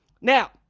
Now